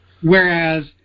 Whereas